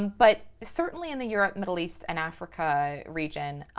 but certainly in the europe, middle east and africa region,